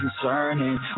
concerning